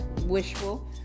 wishful